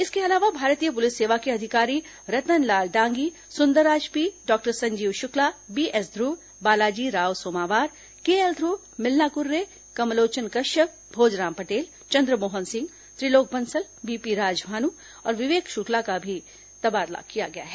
इसके अलावा भारतीय पुलिस सेवा के अधिकारी Ratanlal Dangi Sundarraj P doctor Sanjeev Shukla B S Dhruv Balaji Rao सोमावार केएल ध्र्व मिलना क्रे कमलोचन कश्यप भोजराम पटेल चंद्रमोहन सिंह त्रिलोक बंसल बीपी राजभानु और विवेक शुक्ला का भी तबादला किया गया है